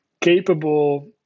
capable